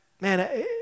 Man